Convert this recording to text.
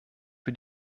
für